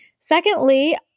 Secondly